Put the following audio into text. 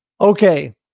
okay